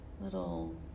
little